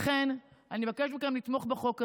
לכן, אני מבקשת מכם לתמוך בחוק הזה.